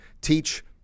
teach